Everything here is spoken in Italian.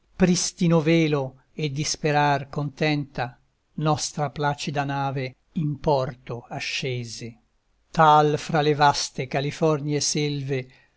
pristino velo e di sperar contenta nostra placida nave in porto ascese tal fra le vaste californie selve